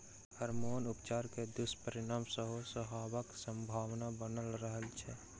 hormone उपचार के दुष्परिणाम सेहो होयबाक संभावना बनल रहैत छै